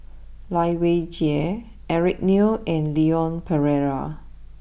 Lai Weijie Eric Neo and Leon Perera